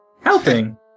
Helping